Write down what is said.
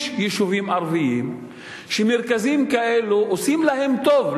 יש יישובים ערביים שמרכזים כאלה עושים להם טוב,